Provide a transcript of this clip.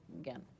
again